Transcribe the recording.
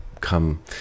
come